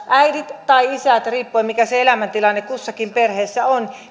äidit tai isät riippuen mikä se elämäntilanne kussakin perheessä on